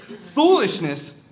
Foolishness